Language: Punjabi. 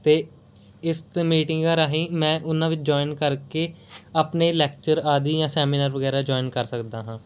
ਅਤੇ ਇਸ ਮੀਟਿੰਗਾਂ ਰਾਹੀਂ ਮੈਂ ਉਹਨਾਂ ਵਿੱਚ ਜੁਆਇਨ ਕਰਕੇ ਆਪਣੇ ਲੈਕਚਰ ਆਦਿ ਜਾਂ ਸੈਮੀਨਾਰ ਵਗੈਰਾ ਜੁਆਇਨ ਕਰ ਸਕਦਾ ਹਾਂ